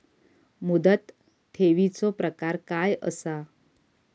मुदत ठेवीचो प्रकार काय असा?